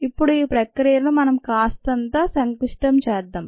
ఇప్పుడు ఈ ప్రక్రియను మనం కాస్తంత సంక్లిష్టం చేద్దాం